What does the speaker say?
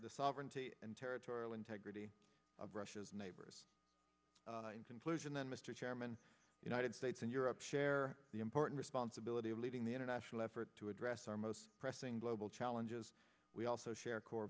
the sovereignty and territorial integrity of russia's neighbors in conclusion then mr chairman united states and europe share the important responsibility of leading the international effort to address our most pressing global challenges we also share core